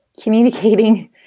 communicating